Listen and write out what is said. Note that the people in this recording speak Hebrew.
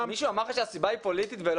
מישהו אמר לך שהסיבה היא פוליטית?